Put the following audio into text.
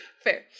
Fair